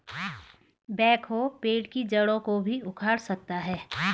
backhoe पेड़ की जड़ों को भी उखाड़ सकता है